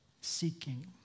seeking